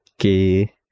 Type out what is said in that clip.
okay